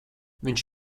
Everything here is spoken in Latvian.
viņš